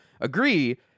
agree